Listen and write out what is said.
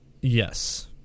Yes